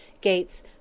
gates